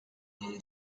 mną